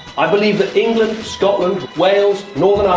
i believe that england, scotland, wales, northern